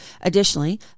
Additionally